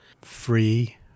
free